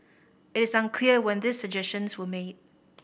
it is unclear when these suggestions were made